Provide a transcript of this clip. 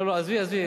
לא, לא, עזבי, עזבי.